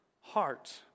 heart